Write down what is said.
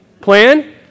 plan